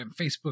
Facebook